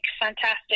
fantastic